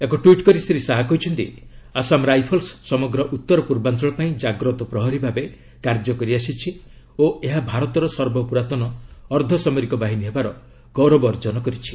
ଏକ ଟ୍ଟିଟ୍ କରି ଶ୍ରୀ ଶାହା କହିଛନ୍ତି ଆସାମ ରାଇଫଲ୍ସ ସମଗ୍ ଉତ୍ତର ପୂର୍ବାଞ୍ଚଳ ପାଇଁ ଜାଗ୍ରତ ପ୍ରହରୀ ଭାବେ କାର୍ଯ୍ୟ କରିଆସିଛି ଓ ଏହା ଭାରତର ସର୍ବପୁରାତନ ଅର୍ଦ୍ଧସାମରିକ ବାହିନୀ ହେବାର ଗୌରବ ଅର୍ଜନ କରିଛି